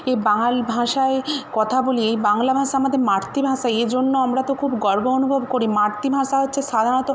এই বাঙাল ভাষায় কথা বলি এই বাংলা ভাষা আমাদের মাতৃভাষা এজন্য আমরা তো খুব গর্ব অনুভব করি মাতৃভাষা হচ্ছে সাধারণত